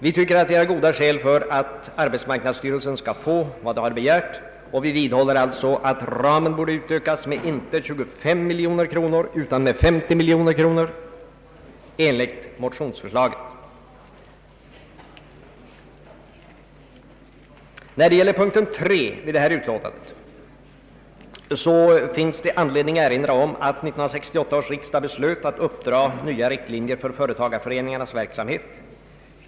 Vi tycker att det finns goda skäl för att arbetsmarknadsstyrelsen skall få vad den har begärt. Vi vidhåller alltså motionsförslaget att ramen skall utökas inte med 25 utan med 50 miljoner kronor. När det gäller punkt 3 i förevarande utlåtande finns det anledning att erinra om att 1968 års riksdag beslöt att uppdra nya riktlinjer för företagarföreningarnas verksamhet.